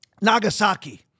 Nagasaki